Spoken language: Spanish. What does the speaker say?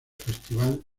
festival